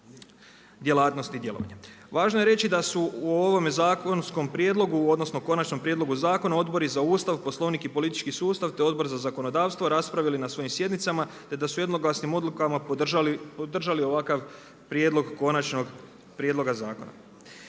Važno je reći da su u ovome zakonskome prijedlogu, odnosno konačnom prijedlogu zakona Odbor za Ustav, Poslovnik i politički sustav te odbor za zakonodavstvo raspravili na svojim sjednicama te da su jednoglasnim odlukama podržali ovakav prijedlog, konačnog prijedloga zakona.